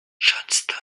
johnston